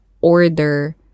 order